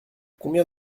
combien